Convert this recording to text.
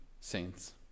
saints